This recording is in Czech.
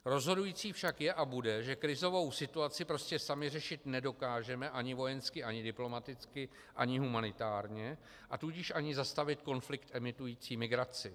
Rozhodující však je a bude, že krizovou situaci prostě sami řešit nedokážeme ani vojensky ani diplomaticky ani humanitárně, a tudíž ani zastavit konflikt emitující migraci.